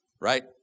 Right